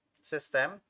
system